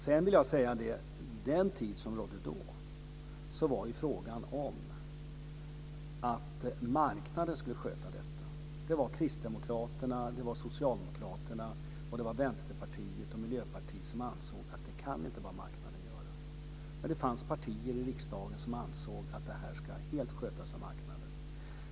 Sedan vill jag säga att det vid den tiden var fråga om att marknaden skulle sköta detta. Kristdemokraterna, Socialdemokraterna, Vänsterpartiet och Miljöpartiet ansåg att detta inte kan göras enbart av marknaden. Det fanns partier i riksdagen som ansåg att det här helt skulle skötas av marknaden.